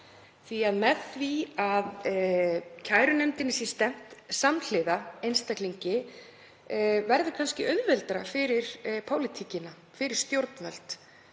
því að með því að kærunefndinni sé stefnt samhliða einstaklingi verður kannski auðveldara fyrir pólitíkina, fyrir stjórnvöld,